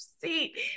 seat